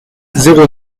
zéro